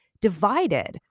divided